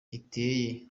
iteye